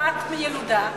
חובת ילודה?